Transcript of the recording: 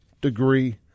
degree